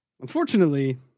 Unfortunately